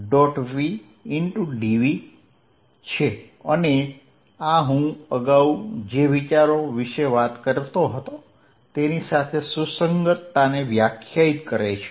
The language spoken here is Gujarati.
v dv છે અને આ હું અગાઉ જે વિચારો વિશે વાત કરતો હતો તેની સાથે સુસંગતતાને વ્યાખ્યાયિત કરે છે